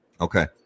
okay